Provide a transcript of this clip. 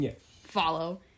follow